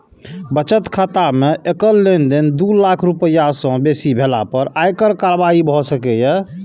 बचत खाता मे एकल लेनदेन दू लाख रुपैया सं बेसी भेला पर आयकर कार्रवाई भए सकैए